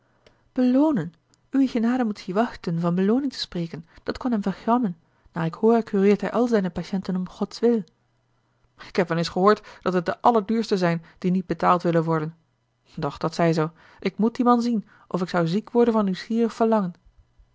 uwe genade moet zich wachten van belooning te spreken dat kon hem vergrammen naar ik hoor kureert hij al zijne patiënten om godswil ik heb wel eens gehoord dat het de allerduurste zijn die niet betaald willen worden doch dat zij zoo ik moet dien man zien of ik zou ziek worden van nieuwsgierig verlangen